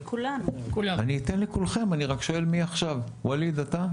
אני אתן לכולכם אני רק שואל מי עכשיו ואליד אתה?